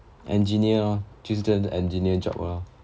engineer lor 就是 engineer job lor